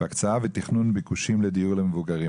על הקצאה ותכנון ביקושים לדיור למבוגרים.